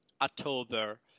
october